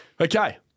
Okay